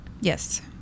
Yes